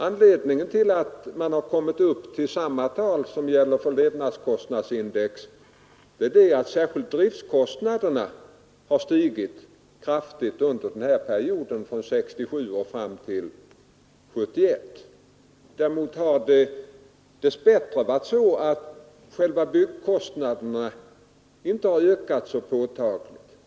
Anledningen till att man kommit upp till samma ökning som för levnadskostnadsindex är att särskilt driftkostnaderna har stigit kraftigt under perioden. Däremot har byggnadskostnaderna inte ökat så påtagligt.